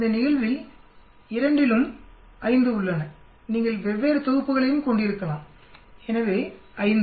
இந்த நிகழ்வில் இரண்டிலும் 5 உள்ளன நீங்கள் வெவ்வேறு தொகுப்புகளையும் கொண்டிருக்கலாம் எனவே 5